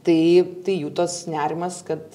tai tai jų tos nerimas kad